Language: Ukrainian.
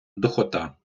духота